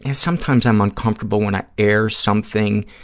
and sometimes i'm uncomfortable when i air something